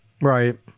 Right